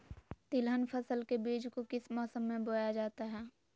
तिलहन फसल के बीज को किस मौसम में बोया जाता है?